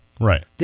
Right